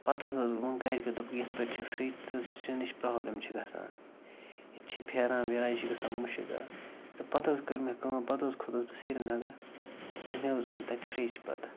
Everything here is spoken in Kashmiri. پَتہٕ حظ ووٚن گَرِکیو دوٚپُکھ یِتھ پٲٹھۍ چھِ فرٛج تہٕ سِنِچ پرٛابلِم چھِ گژھان یہِ چھِ پھیران ویران یہِ چھِ گژھان مُشٕک اَتھ تہٕ پَتہٕ حظ کٔر مےٚ کٲم پَتہٕ حظ کھوٚتُس بہٕ سرینَگر تہٕ مےٚ حظ اوٚن تَتہِ فرٛج پَتہٕ